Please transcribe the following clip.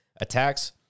attacks